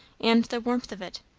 and the warmth of it.